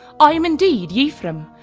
i am indeed yhprum,